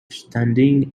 standing